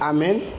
Amen